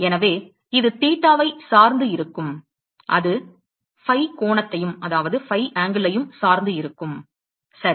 எனவே இது தீட்டாவைச் சார்ந்து இருக்கும் அது ஃபை கோணத்தையும் சார்ந்து இருக்கும் சரி